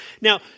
Now